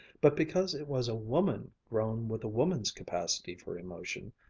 but because it was a woman grown with a woman's capacity for emotion,